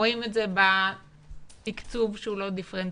רואים את זה בתקצוב שהוא לא דיפרנציאלי,